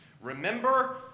Remember